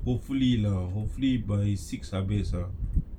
hopefully lah hopefully by six habis ah